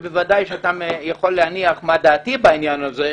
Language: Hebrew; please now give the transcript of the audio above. ובוודאי אתה יכול להניח מה דעתי בעניין הזה,